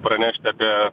pranešti apie